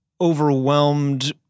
overwhelmed